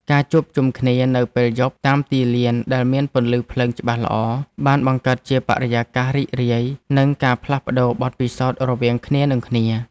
ការជួបជុំគ្នានៅពេលយប់តាមទីលានដែលមានពន្លឺភ្លើងច្បាស់ល្អ បានបង្កើតជាបរិយាកាសរីករាយ និងការផ្លាស់ប្តូរបទពិសោធន៍រវាងគ្នានិងគ្នា។